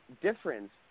difference